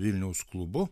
vilniaus klubu